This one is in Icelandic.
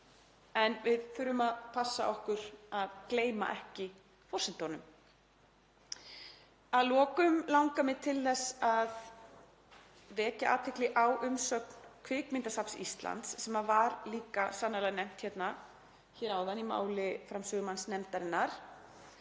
en við þurfum að passa okkur á að gleyma ekki forsendunum. Að lokum langar mig til þess að vekja athygli á umsögn Kvikmyndasafns Íslands, sem var líka sannarlega nefnd hér áðan í máli framsögumanns nefndarinnar,